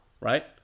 Right